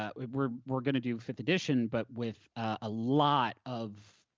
ah we're we're gonna do fifth edition, but with a lot of,